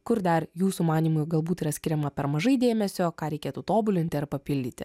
kur dar jūsų manymu galbūt yra skiriama per mažai dėmesio ką reikėtų tobulinti ar papildyti